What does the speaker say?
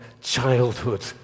childhood